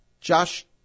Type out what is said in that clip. Josh